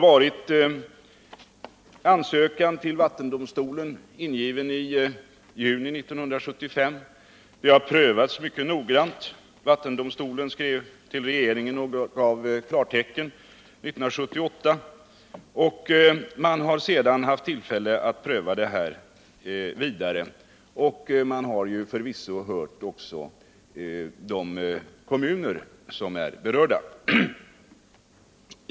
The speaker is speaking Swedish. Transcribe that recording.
Ansökan till vattendomstolen ingavs i juni det året. Ärendet har prövats mycket noggrant. Vattendomstolen skrev till regeringen och gav klartecken 1978, och man har sedan haft tillfälle att pröva det hela vidare och man har förvisso också hört de kommuner som är berörda.